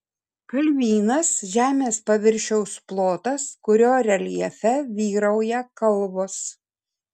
kalvynas žemės paviršiaus plotas kurio reljefe vyrauja kalvos